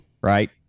right